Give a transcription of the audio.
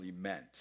meant